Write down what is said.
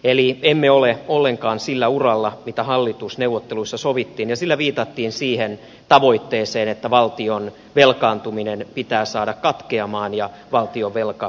eli emme ole ollenkaan sillä uralla mitä hallitusneuvotteluissa sovittiin ja sillä viitattiin siihen tavoitteeseen että valtion velkaantuminen pitää saada katkeamaan ja valtionvelka pienenevälle uralle